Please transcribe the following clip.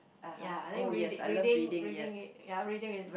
ya I think read reading reading ya reading is